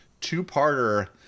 two-parter